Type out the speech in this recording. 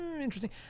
interesting